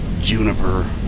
Juniper